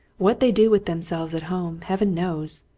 what they do with themselves at home, heaven knows!